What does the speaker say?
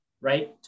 right